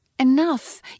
enough